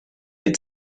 die